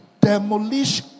demolish